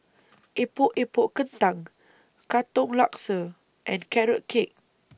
Epok Epok Kentang Katong Laksa and Carrot Cake